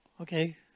okay